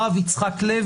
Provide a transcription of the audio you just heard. הרב יצחק לוי,